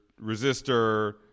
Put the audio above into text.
resistor